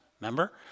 Remember